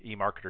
eMarketer